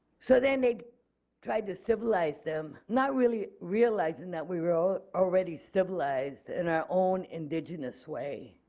so then they try to civilize them not really realizing that we were ah already civilized in our own indigenous way.